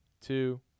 two